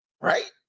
right